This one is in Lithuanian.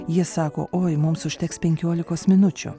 jie sako oi mums užteks penkiolikos minučių